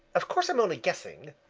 of course i'm only guessing,